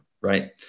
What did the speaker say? right